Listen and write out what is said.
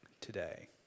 today